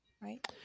right